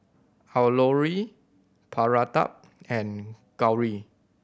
Alluri Pratap and Gauri